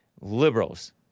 Liberals